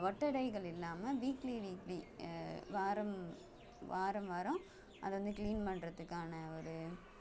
ஒட்டடைகள் இல்லாமல் weekly weekly வாரம் வாரம் வாரம் அதை வந்து க்ளீன் பண்ணுறத்துக்கான ஒரு